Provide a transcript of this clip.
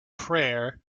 prayer